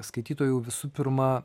skaitytojų visų pirma